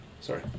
Sorry